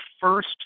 first